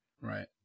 Right